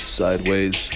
sideways